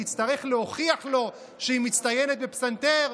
היא תצטרך להוכיח לו שהיא מצטיינת בפסנתר?